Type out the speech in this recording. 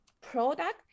product